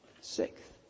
sixth